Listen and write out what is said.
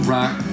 Rock